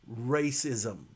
racism